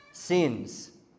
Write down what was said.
Sins